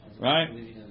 right